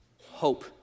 Hope